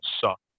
suck